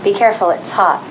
be careful it's hot